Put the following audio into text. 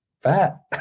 fat